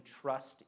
trust